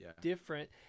different